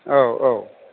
औ औ